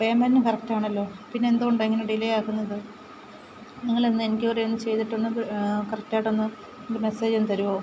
payment correct ആണല്ലോ പിന്നെ എന്ത് കൊണ്ടാണ് ഇങ്ങനെ ഡിലെ ആക്കുന്നത് നിങ്ങൾ ഇന്ന് എൻക്വറി ഒന്ന് ചെയ്യിതിട്ടുണ്ട് കറക്റ്റ് ആയിട്ട് ഒന്ന് ഒരു മെസ്സേജ് ഒന്നു തരുമോ